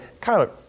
Kyler